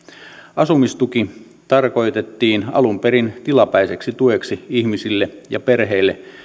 asumistuki tarkoitettiin alun perin tilapäiseksi tueksi ihmisille ja perheille